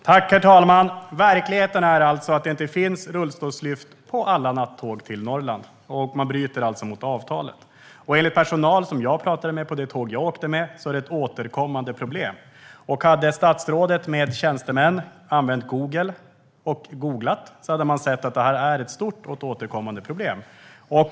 Herr talman! Verkligheten är att det inte finns rullstolslyft på alla nattåg till Norrland; man bryter alltså mot avtalet. Enligt personal som jag pratade med på det tåg jag åkte med är detta ett återkommande problem. Hade statsrådet och hennes tjänstemän googlat hade man sett att detta är ett stort och återkommande problem.